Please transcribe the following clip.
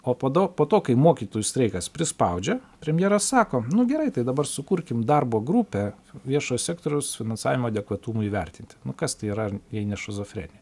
o po do po to kai mokytojų streikas prispaudžia premjeras sako nu gerai tai dabar sukurkim darbo grupę viešojo sektoriaus finansavimo adekvatumui įvertinti kas tai yra jei ne šizofrenija